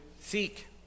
seek